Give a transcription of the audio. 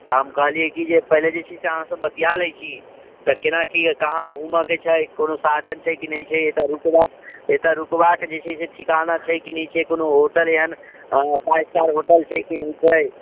तऽ हम कहलियै कि जे पहिले जे छै से अहाँसँ बतिया लै छी तऽ केनाकि कहाँ घूमकऽ छै कोनो साधन छै कि नहि छै एतऽ रुकबाक एतऽ रुकबाक जे छै से ठिकाना छै कि नहि छै कोनो होटल एहन फाइब स्टार होटल छै कि नहि छै